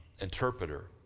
interpreter